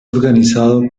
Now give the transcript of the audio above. organizado